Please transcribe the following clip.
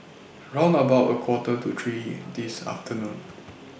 round about A Quarter to three This afternoon